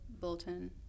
Bolton